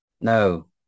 No